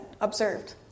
observed